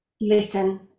listen